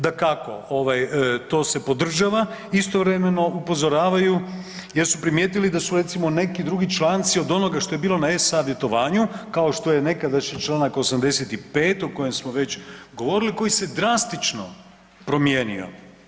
Dakako ovaj to se podržava, istovremeno upozoravaju jer su primijetili da su recimo neki drugi članci od onoga što je bilo na e-savjetovanju kao što je nekadašnji Članak 85. o kojem smo već govorili koji se drastično promijenio.